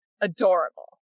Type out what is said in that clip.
adorable